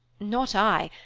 not i.